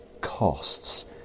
costs